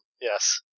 yes